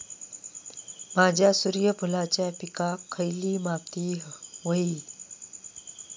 माझ्या सूर्यफुलाच्या पिकाक खयली माती व्हयी?